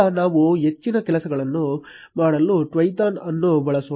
ಈಗ ನಾವು ಹೆಚ್ಚಿನ ಕೆಲಸಗಳನ್ನು ಮಾಡಲು Twython ಅನ್ನು ಬಳಸೋಣ